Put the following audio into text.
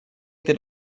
that